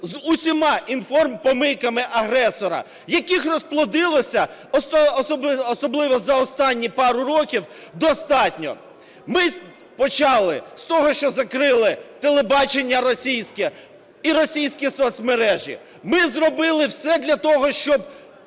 з усіма інформпомийками агресора, яких розплодилося, особливо за останні пару роки, достатньо. Ми почали з того, що закрили телебачення російське і російські соцмережі. Ми зробили все для того, щоб